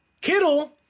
Kittle